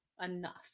enough